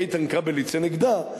איתן כבל יצא נגדה,